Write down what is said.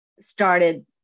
started